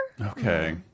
Okay